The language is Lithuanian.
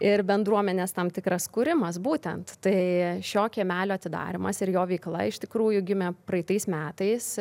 ir bendruomenės tam tikras kūrimas būtent tai šio kiemelio atidarymas ir jo veikla iš tikrųjų gimė praeitais metais